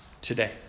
today